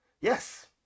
Yes